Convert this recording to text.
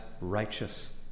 righteous